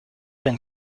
been